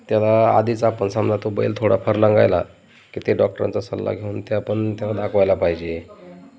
त्याला आधीचा आपण समजा तो बैल थोडा फार लंगडायला की ते डॉक्टरांचा सल्ला घेऊन ते आपण त्याला दाखवायला पाहिजे